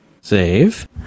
Save